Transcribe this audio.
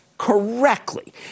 Correctly